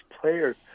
players